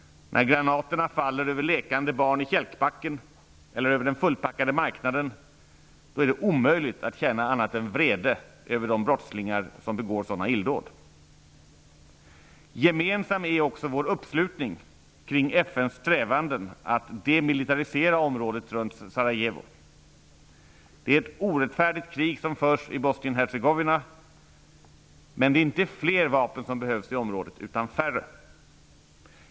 När granaterna faller över lekande barn i kälkbacken eller över den fullpackade marknaden, är det omöjligt att känna annat än vrede över de brottslingar som begår sådana illdåd. Gemensam är också vår uppslutning kring FN:s strävanden att demilitarisera området runt Sarajevo. Det är ett orättfärdigt krig som förs i Bosnien-Hercegovina, men det är inte fler vapen som behövs i området utan färre.